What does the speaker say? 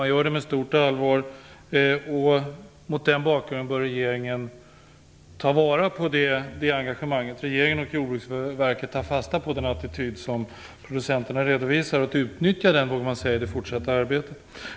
Man gör det på stort allvar, och regeringen bör ta vara på det engagemanget. Regeringen och Jordbruksverket bör ta fasta på den attityd som producenterna redovisar och utnyttja den i det fortsatta arbetet.